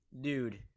dude